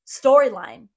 Storyline